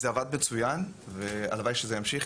זה עבד מצוין והלוואי שזה ימשיך.